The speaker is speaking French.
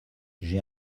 j’ai